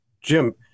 Jim